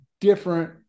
different